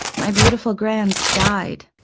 my beautiful grans died.